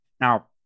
Now